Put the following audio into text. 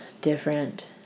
different